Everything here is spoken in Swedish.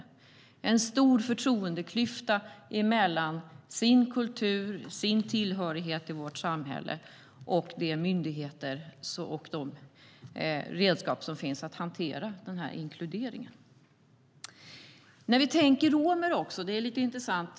Det finns en stor förtroendeklyfta mellan deras kultur och deras tillhörighet i vårt samhälle och de myndigheter och redskap som finns för att hantera inkluderingen. När vi tänker romer är det lite intressant.